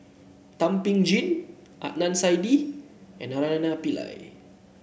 Thum Ping Tjin Adnan Saidi and Naraina Pillai